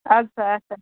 اَدٕ سا اَدٕ سا